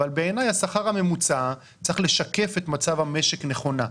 אבל בעיניי השכר הממוצע צריך לשקף את מצב המשק נכונה.